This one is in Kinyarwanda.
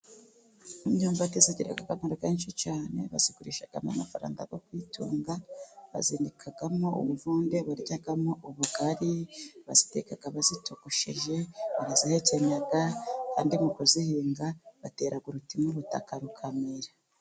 Imyumbati igira akamaro kenshi cyane, bayigurishamo amafaranga yo kwitunga, bayinikamo imivunde baryamo ubugari, bayiteka bayitogosheje, barayihekenya, kandi mu kuyihinga baterara uruti mu butaka rukamera.